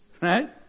Right